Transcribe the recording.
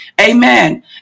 Amen